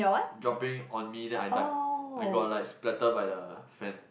dropping on me then I died I got like splattered by the fan